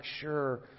sure